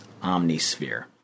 OmniSphere